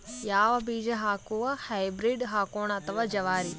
ಯಾವ ಬೀಜ ಹಾಕುಮ, ಹೈಬ್ರಿಡ್ ಹಾಕೋಣ ಅಥವಾ ಜವಾರಿ?